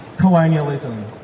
colonialism